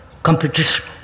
competition